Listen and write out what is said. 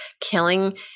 killing